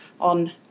on